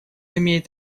имеет